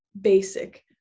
basic